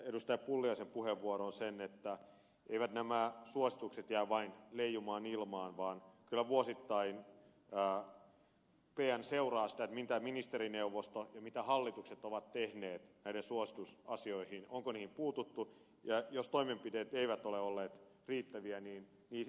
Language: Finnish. pulliaisen puheenvuoroon sen että eivät nämä suositukset jää vain leijumaan ilmaan vaan kyllä vuosittain pn seuraa mitä ministerineuvosto ja mitä hallitukset ovat tehneet näille suositusasioille onko niihin puututtu ja jos toimenpiteet eivät ole olleet riittäviä niin se kyllä huomioidaan